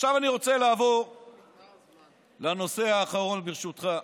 עכשיו אני רוצה לעבור לנושא האחרון, ברשותך,